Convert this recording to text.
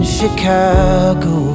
Chicago